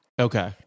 Okay